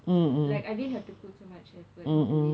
like I didn't have to put too much effort into it